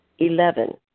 Eleven